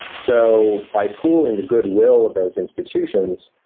so by pooling the goodwill of those institutions,